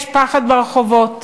יש פחד ברחובות,